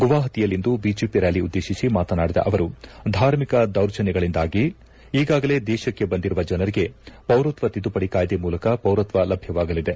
ಗುವಾಪತಿಯಲ್ಲಿಂದು BJP ರ್ಕಾಲಿ ಉದ್ದೇಶಿಸಿ ಮಾತನಾಡಿದ ಅವರು ಧಾರ್ಮಿಕ ದೌರ್ಜನ್ಯಗಳಿಂದಾಗಿ ಈಗಾಗಲೇ ದೇಶಕ್ಕೆ ಬಂದಿರುವ ಜನರಿಗೆ ಪೌರತ್ವ ತಿದ್ದುಪಡಿ ಕಾಯ್ದೆ ಮೂಲಕ ಪೌರತ್ವ ಲಭ್ಯವಾಗಲಿದೆ